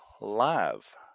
Live